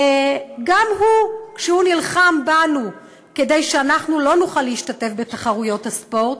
גם הוא כשהוא נלחם בנו כדי שאנחנו לא נוכל להשתתף בתחרויות הספורט,